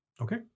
Okay